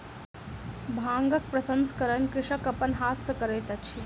भांगक प्रसंस्करण कृषक अपन हाथ सॅ करैत अछि